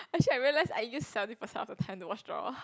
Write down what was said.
actually I realize I use seventy percent of the time to watch drama